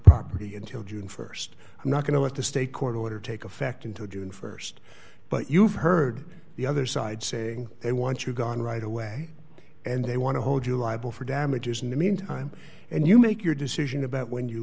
property until june st i'm not going to let the state court order take effect until june st but you've heard the other side saying they want you gone right away and they want to hold you liable for damages in the meantime and you make your decision about when you